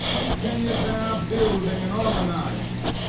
continued their building and organizing.